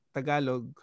Tagalog